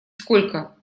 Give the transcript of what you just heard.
сколько